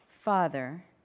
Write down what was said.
Father